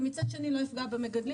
ומצד שני לא יפגע במגדלים.